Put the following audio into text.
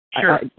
Sure